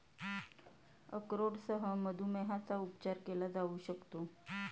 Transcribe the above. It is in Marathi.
अक्रोडसह मधुमेहाचा उपचार केला जाऊ शकतो